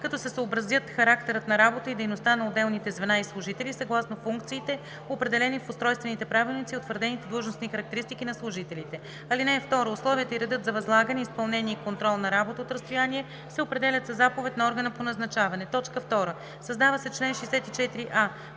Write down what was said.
като се съобразят характерът на работа и дейността на отделните звена и служители съгласно функциите, определени в устройствените правилници и утвърдените длъжностни характеристики на служителите. (2) Условията и редът за възлагане, изпълнение и контрол на работата от разстояние се определят със заповед на органа по назначаване.“ 2. Създава се чл. 64а: